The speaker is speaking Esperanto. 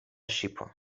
ŝipo